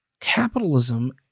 capitalism